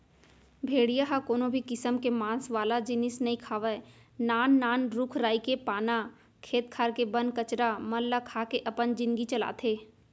भेड़िया ह कोनो भी किसम के मांस वाला जिनिस नइ खावय नान नान रूख राई के पाना, खेत खार के बन कचरा मन ल खा के अपन जिनगी चलाथे